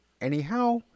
anyhow